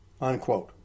unquote